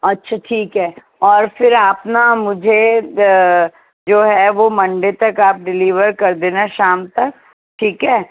اچھا ٹھیک ہے اور پھر آپ نا مجھے جو ہے وہ منڈے تک آپ ڈلیور کر دینا شام تک ٹھیک ہے